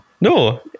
No